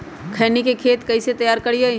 खैनी के खेत कइसे तैयार करिए?